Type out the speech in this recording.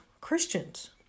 Christians